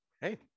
hey